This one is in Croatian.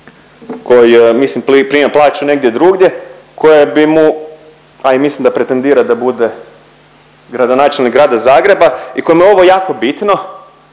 mislim prima plaću negdje drugdje koja bi mu, a i mislim da pretendira da bude gradonačelnik Grada Zagreba i kojem je ovo jako bitno,